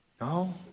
No